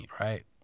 right